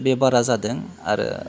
बे बारा जादों आरो